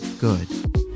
good